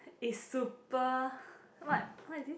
is super what what is this